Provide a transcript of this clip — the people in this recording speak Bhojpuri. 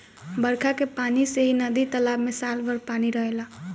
बरखा के पानी से ही नदी तालाब में साल भर पानी रहेला